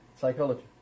Psychology